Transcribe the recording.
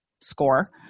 score